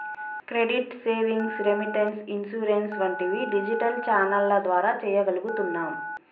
credit, savings, remittance, insurance వంటివి digital ఛానెల్ల ద్వారా చెయ్యగలుగుతున్నాం